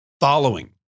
following